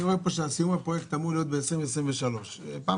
אני רואה פה שסיום הפרויקט אמור להיות בשנת 2023. בפעם